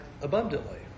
abundantly